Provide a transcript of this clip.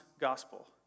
gospel